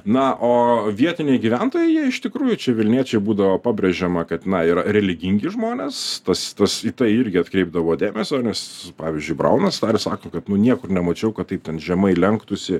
na o vietiniai gyventojai jie iš tikrųjų čia vilniečiai būdavo pabrėžiama kad na yra religingi žmonės tas tas į tai irgi atkreipdavo dėmesio nes pavyzdžiui braunas tą ir sako kad nu niekur nemačiau kad taip ten žemai lenktųsi